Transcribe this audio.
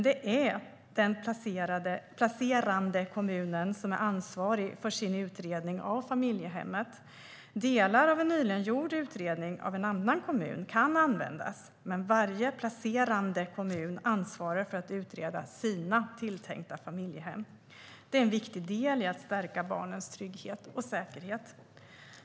Det är dock den placerande kommunen som är ansvarig för sin utredning av familjehemmet. Delar av en nyligen gjord utredning av en annan kommun kan användas, men varje placerande kommun ansvarar för att utreda sina tilltänkta familjehem. Det är en viktig del i att stärka barnens trygghet och säkerhet.